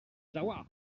jahoua